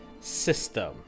system